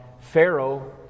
Pharaoh